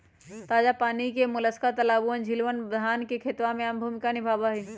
ताजा पानी के मोलस्क तालाबअन, झीलवन, धान के खेतवा में आम भूमिका निभावा हई